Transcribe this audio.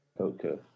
Okay